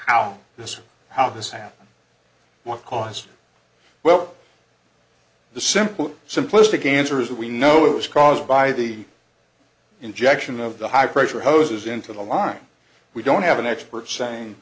how this how this happened what caused it well the simple simplistic answer is that we know it was caused by the injection of the high pressure hoses into the line we don't have an expert saying